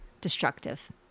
destructive